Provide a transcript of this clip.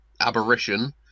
aberration